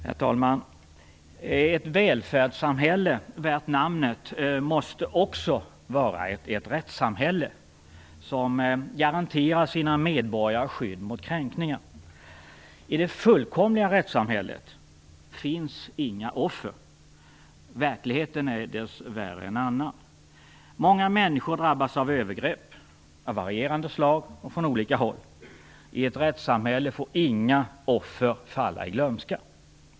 Herr talman! Ett välfärdssamhälle värt namnet måste också vara ett rättssamhälle som garanterar sina medborgare skydd mot kränkningar. I det fullkomliga rättssamhället finns inga offer. Verkligheten är dess värre en annan. Många människor drabbas av övergrepp av varierande slag och från olika håll. I ett rättssamhälle får inga offer falla i glömska.